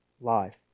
life